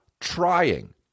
trying